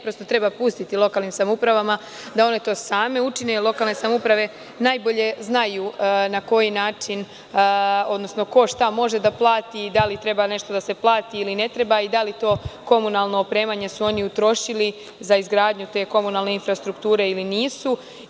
Prosto, treba pustiti lokalnim samoupravama da one to same učine, jer one najbolje znaju na koji način ko šta može da plati i da li treba nešto da se plati ili ne treba i da li to komunalno opremanje su oni utrošili za izgradnju te komunalne infrastrukture ili nisu.